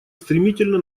стремительно